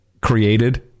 created